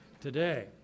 today